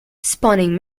spawning